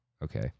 Okay